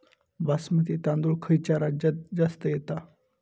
बासमती तांदूळ खयच्या राज्यात जास्त येता?